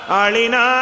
alina